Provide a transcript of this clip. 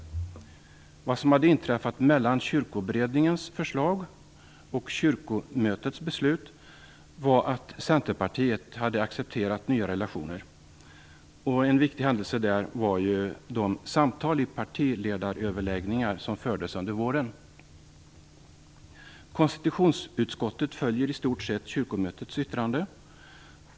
Vad som hade inträffat mellan Kyrkoberedningens förslag och Kyrkomötets beslut var att Centerpartiet hade accepterat nya relationer. En viktig händelse där var ju de samtal i partiledaröverläggningar som fördes under våren. Konstitutionsutskottet följer i stort sett Kyrkomötets yttrande.